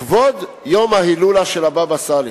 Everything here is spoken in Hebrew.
לכבוד יום ההילולה של הבבא סאלי.